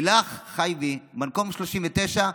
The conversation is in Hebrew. לילך חייבי, מקום 39,